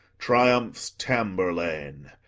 triumphs tamburlaine,